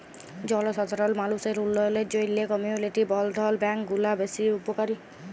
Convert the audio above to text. জলসাধারল মালুসের উল্ল্যয়লের জ্যনহে কমিউলিটি বলধ্ল ব্যাংক গুলা বেশ উপকারী